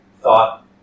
thought